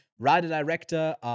writer-director